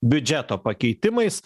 biudžeto pakeitimais